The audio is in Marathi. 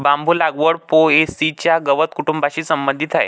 बांबू लागवड पो.ए.सी च्या गवत कुटुंबाशी संबंधित आहे